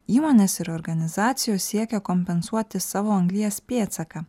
įmonės ir organizacijos siekia kompensuoti savo anglies pėdsaką